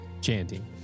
Chanting